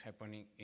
happening